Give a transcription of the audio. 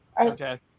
okay